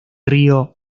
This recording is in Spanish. río